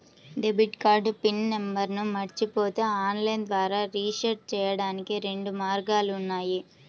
debit card pin నంబర్ను మరచిపోతే online ద్వారా రీసెట్ చెయ్యడానికి రెండు మార్గాలు ఉన్నాయి